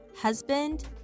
husband